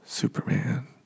Superman